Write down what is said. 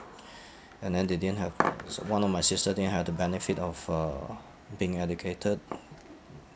and then they didn't have one of my sister didn't have the benefit of uh being educated